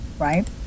right